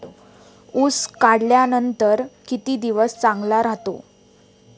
ऊस काढल्यानंतर किती दिवस चांगला राहतो?